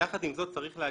יחד עם זאת צריך להגיד,